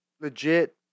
legit